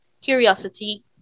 curiosity